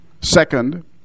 second